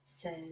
Says